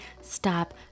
stop